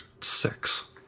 six